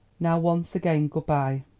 now once again good-bye.